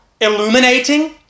illuminating